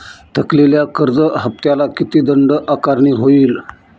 थकलेल्या कर्ज हफ्त्याला किती दंड आकारणी होईल?